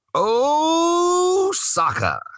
Osaka